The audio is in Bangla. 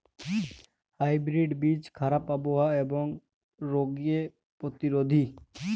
হাইব্রিড বীজ খারাপ আবহাওয়া এবং রোগে প্রতিরোধী